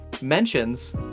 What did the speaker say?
mentions